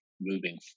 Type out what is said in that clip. moving